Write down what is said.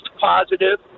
positive